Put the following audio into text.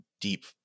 deep